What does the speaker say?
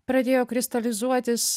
pradėjo kristalizuotis